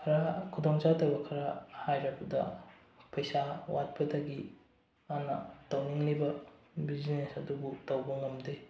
ꯈꯔ ꯈꯨꯗꯣꯡ ꯆꯥꯗꯕ ꯈꯔ ꯍꯥꯏꯔꯕꯗ ꯄꯩꯁꯥ ꯋꯥꯠꯄꯗꯒꯤ ꯃꯥꯅ ꯇꯧꯅꯤꯡꯂꯤꯕ ꯕꯤꯖꯤꯅꯦꯁ ꯑꯗꯨꯕꯨ ꯇꯧꯕ ꯉꯝꯗꯦ